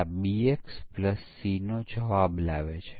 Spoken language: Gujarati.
તેઓ યુનિટ પરીક્ષણ કરે છે